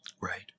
Right